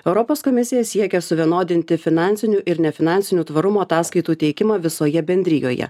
europos komisija siekia suvienodinti finansinių ir nefinansinių tvarumo ataskaitų teikimą visoje bendrijoje